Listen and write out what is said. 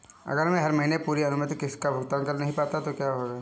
अगर मैं हर महीने पूरी अनुमानित किश्त का भुगतान नहीं कर पाता तो क्या होगा?